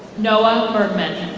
noah birdman.